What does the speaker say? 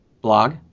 Blog